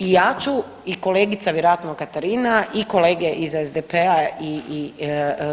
I ja ću i kolegica vjerojatno Katarina i kolege iz SDP-a i